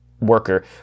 worker